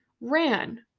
ran